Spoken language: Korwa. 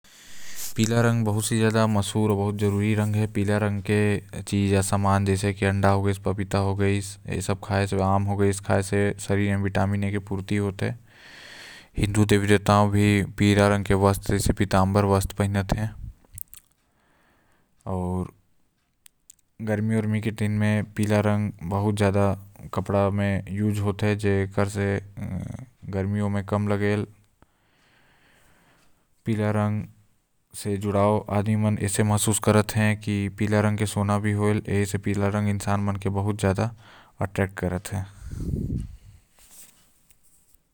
जो पीला रंग हे ओ बहुत महत्वपूर्ण आऊ आवश्यक होएल आऊ पीला रंग के खाए वाला सामान जैसे अंडा हो गाइस। पपीता हो गाइस आऊ आम हो गाइस ए सब ला खाए से शरीर म विटामिन ए के पूर्ती होएल और साथ म पूजा पाठ म भी काम आएल ए पीला रंग ह।